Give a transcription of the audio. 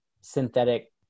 synthetic